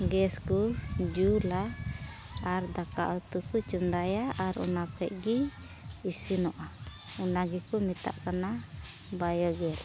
gas ᱠᱚ ᱡᱩᱞᱟ ᱟᱨ ᱫᱟᱠᱟ ᱩᱛᱩ ᱠᱚ ᱪᱚᱸᱫᱟᱭᱟ ᱟᱨ ᱚᱱᱟ ᱠᱷᱚᱱ ᱜᱮ ᱤᱥᱤᱱᱚᱜᱼᱟ ᱚᱱᱟ ᱜᱮᱠᱚ ᱢᱮᱛᱟᱜ ᱠᱟᱱᱟ ᱵᱟᱭᱳ ᱜᱮᱥ